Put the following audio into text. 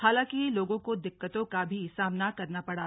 हालांकि लोगों को दिक्कतों का भी सामना करना पड़ा